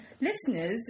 Listeners